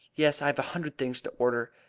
yes, i have a hundred things to order.